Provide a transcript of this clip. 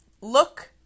look